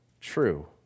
true